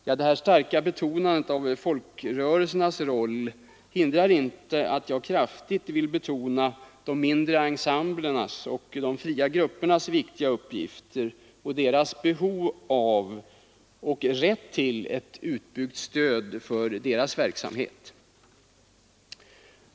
Mitt starka betonande av folkrörelsernas roll hindrar emellertid inte att jag kraftigt vill betona de mindre ensemblernas och de fria gruppernas viktiga uppgifter och deras behov av och rätt till utbyggt stöd för sin verksamhet.